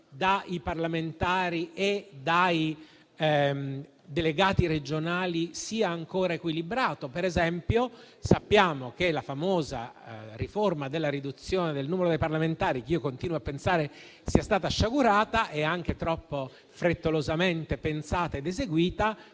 dai parlamentari e dai delegati regionali, sia ancora equilibrato? Per esempio, sappiamo che la famosa riforma della riduzione del numero dei parlamentari, che io continuo a pensare sia stata sciagurata e anche troppo frettolosamente pensata ed eseguita,